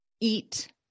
eat